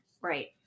Right